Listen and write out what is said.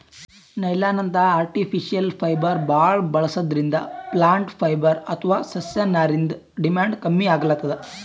ನೈಲಾನ್ನಂಥ artificial fibre ಭಾಳ್ ಬಳಸದ್ರಿಂದ plant fibre ಅಥವಾ ಸಸ್ಯನಾರಿಂದ್ ಡಿಮ್ಯಾಂಡ್ ಕಮ್ಮಿ ಆಗ್ಲತದ್